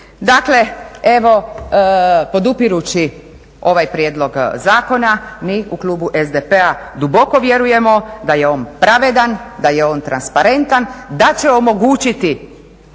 Dakle, evo, podupirući ovaj prijedlog zakona, mi u klubu SDP-a duboko vjerujemo da je on pravedan, da je on transparentan, da će omogućiti